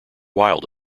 wild